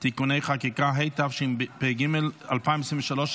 (תיקוני חקיקה) התשפ"ג 2023,